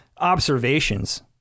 observations